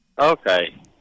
Okay